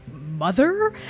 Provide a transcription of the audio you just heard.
mother